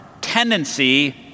tendency